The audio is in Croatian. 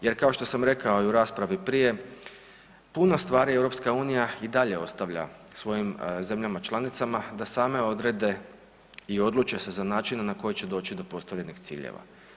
Jer kao što sam rekao i u raspravi prije, puno stvari EU i dalje ostavlja svojim zemljama članicama da same odrede i odluče se za načine na koje će doći do postavljenih ciljeva.